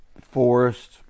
forest